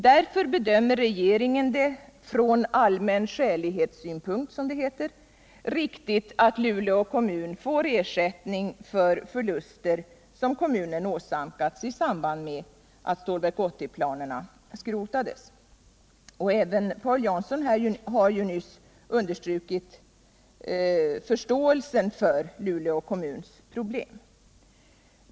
Därför bedömer regeringen det ”från allmän skälighetssynpunkt” riktigt att Luleå kommun får ersättning för förluster som kommunen har åsamkats i samband med att Stålverk 80-planerna skrotades. Paul Jansson underströk nyss förståelsen för Luleå kommuns problem.